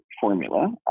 formula